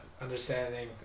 understanding